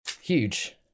huge